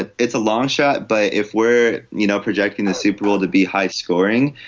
ah it's a long shot but if we're you know projecting the super bowl to be high scoring